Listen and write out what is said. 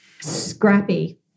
Scrappy